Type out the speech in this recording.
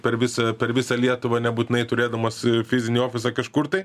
per visą per visą lietuvą nebūtinai turėdamas fizinį ofisą kažkur tai